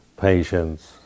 patience